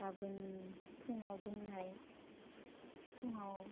गाबोन फुंआव बुंनाय थंआव